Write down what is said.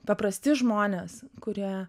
paprasti žmonės kurie